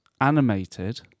animated